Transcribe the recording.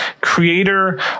creator